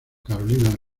carolina